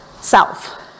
self